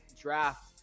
draft